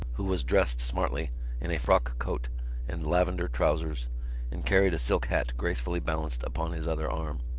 who was dressed smartly in a frock-coat and lavender trousers and carried a silk hat gracefully balanced upon his other arm.